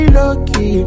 lucky